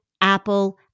Apple